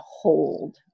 hold